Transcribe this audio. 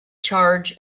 charge